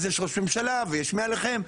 אז יש ראש ממשלה ויש מעליכם,